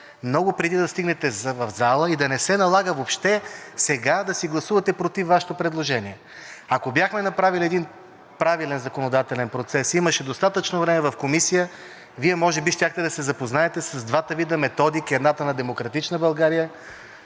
много преди да стигнете в залата и да не се налага въобще сега да си гласувате против Вашето предложение. Ако бяхме направили един правилен законодателен процес, имаше достатъчно време в Комисията, Вие може би щяхте да се запознаете с двата вида методики – едната на „Демократична България“